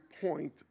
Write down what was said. point